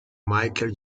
michael